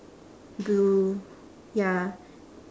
blue ya